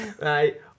Right